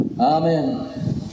Amen